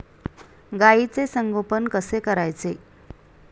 गाईचे संगोपन कसे करायचे?